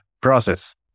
process